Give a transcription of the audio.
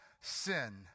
sin